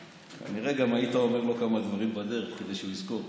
כנראה גם היית אומר לו כמה דברים בדרך כדי שהוא יזכור,